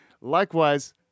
Likewise